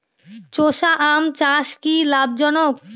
চোষা আম চাষ কি লাভজনক?